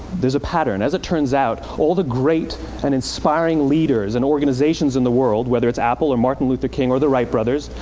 there's a pattern. as it turns out, all the great and inspiring leaders and organizations in the world, whether it's apple or martin luther king or the wright brothers,